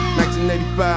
1985